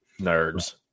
nerds